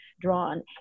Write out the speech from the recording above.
drawn